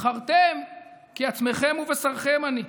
וזכרתם כי עצמכם ובשרכם אני.